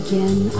Again